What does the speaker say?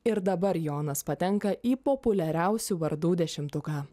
ir dabar jonas patenka į populiariausių vardų dešimtuką